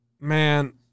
Man